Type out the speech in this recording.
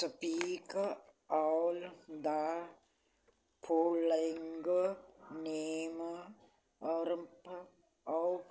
speak all the following name ਔਰਫ of